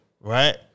right